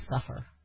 suffer